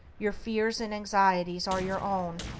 your fears and anxieties are your own,